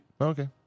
Okay